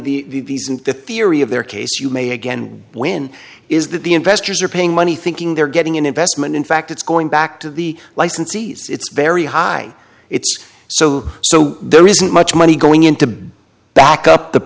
the the theory of their case you may again win is that the investors are paying money thinking they're getting an investment in fact it's going back to the licensee it's very high it's so so there isn't much money going into be back up the